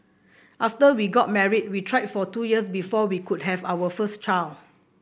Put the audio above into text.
after we got married we tried for two years before we could have our first child